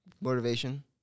Motivation